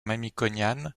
mamikonian